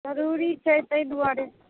जरूरी छै ताहि दुआरे